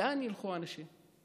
לאן ילכו האנשים?